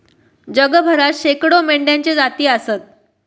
जगभरात शेकडो मेंढ्यांच्ये जाती आसत